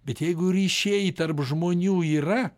bet jeigu ryšiai tarp žmonių yra